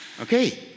Okay